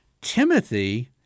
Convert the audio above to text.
Timothy—